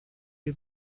you